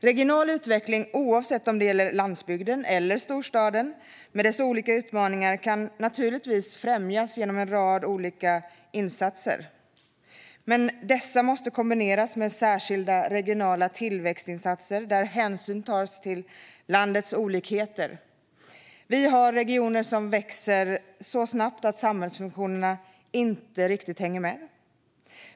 Regional utveckling, oavsett om det gäller landsbygden eller storstaden med dess olika utmaningar, kan naturligtvis främjas genom en rad olika insatser. Men dessa måste kombineras med särskilda regionala tillväxtinsatser där hänsyn tas till landets olikheter. Vi har regioner som växer så snabbt att samhällsfunktionerna inte riktigt hänger med.